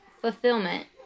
fulfillment